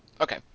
okay